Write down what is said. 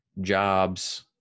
jobs